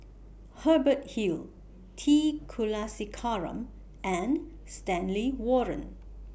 Hubert Hill T Kulasekaram and Stanley Warren